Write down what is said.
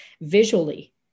visually